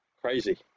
crazy